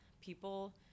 people